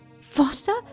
Foster